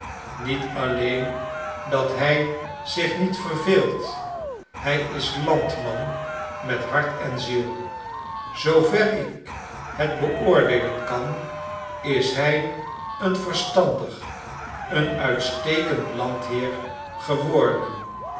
niet alleen dat hij zich niet verveelt hij is landman met hart en ziel zoo ver ik het beoordeelen kan is hij een verstandig een uitstekend landheer geworden